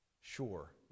sure